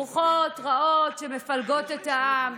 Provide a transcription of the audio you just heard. רוחות רעות שמפלגות את העם,